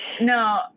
No